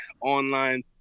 online